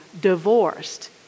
divorced